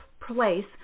place